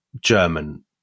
German